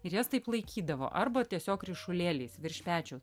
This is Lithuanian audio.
ir jas taip laikydavo arba tiesiog ryšulėliais virš pečio